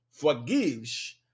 Forgives